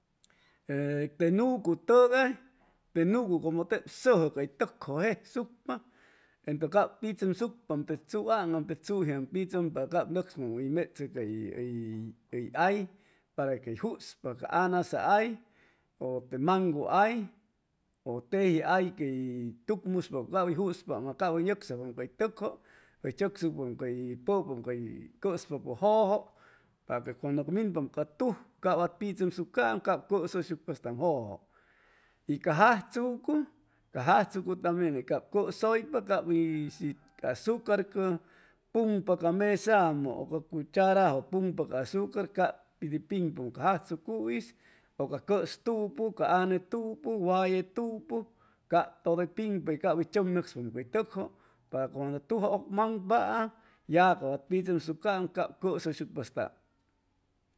Ee te nucutʉgay te nucu como tep sʉjʉ cay tʉkjʉ jesucpa ento cap pichʉmsucpa te tzuaŋam te tzujiam pichʉmpa cap nʉcspaam hʉy mechʉ cay hʉy para quey juspa ca annasa hay ʉ te mangu hay ʉ teji hay quey tucmuspa cap hʉy juspa a cap hʉy nʉcsajpam cay tʉkjʉ hʉy chʉcsucpaam cay cʉspapʉ jʉjʉ paque cuando minpam ca tuj cap wat pichʉmsucaam cap cʉsʉysucpaam stam jʉjʉ y ca jajchucu ca jajchucu tambien net cap cʉsʉypa cap y shi ca azucar cʉ uŋpa ca mesamʉ ʉ ca cucharajʉ uŋpa ca azucar cap pit piŋpam ca jajchucu'is ʉ ca cʉstupu ca anetupu wayetupu cap todo hʉy piŋpa y cap hʉy chʉmnʉcspaam cay tʉkjʉ para cuando tuj ʉŋmaŋpa ya cap wa pichʉmsucaam y cap cʉsʉysucpastam